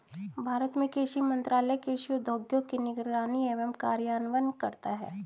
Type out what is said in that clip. भारत में कृषि मंत्रालय कृषि उद्योगों की निगरानी एवं कार्यान्वयन करता है